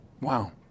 Wow